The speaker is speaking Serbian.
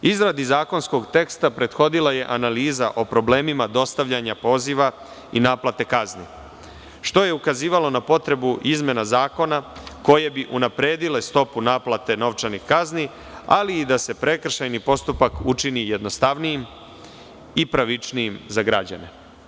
Izradi zakonskog teksta prethodila je analiza o problemima dostavljanja poziva i naplate kazni, što je ukazivalo na potrebu izmena zakona, koje bi unapredile stopu naplate novčanih kazni, ali i da se prekršajni postupak učini jednostavnijim i pravičnijim za građane.